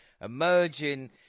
emerging